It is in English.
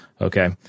okay